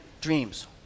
dreams